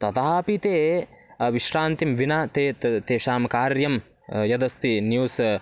ततः अपि ते विश्रान्तिं विना ते तेषां कार्यं यदस्ति न्यूस्